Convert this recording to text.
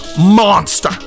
monster